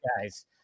guys